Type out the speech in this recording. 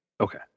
Okay